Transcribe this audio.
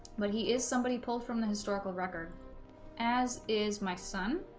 but he is somebody pulled from the historical record as is my son